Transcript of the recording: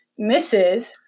Mrs